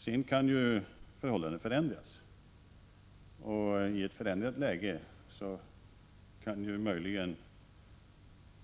Sedan kan förhållandena förändras, och i ett förändrat läge kan möjligen